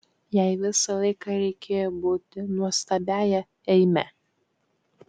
jai visą laiką reikėjo būti nuostabiąja eime